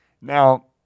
Now